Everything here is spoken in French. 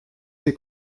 ses